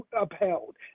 upheld